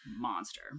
monster